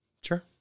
Sure